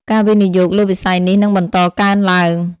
ការវិនិយោគលើវិស័យនេះនឹងបន្តកើនឡើង។